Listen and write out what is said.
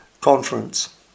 conference